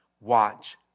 watch